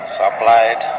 supplied